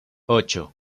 ocho